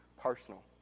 personal